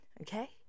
okay